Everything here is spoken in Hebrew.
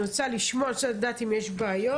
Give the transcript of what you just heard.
אני רוצה לדעת אם יש בעיות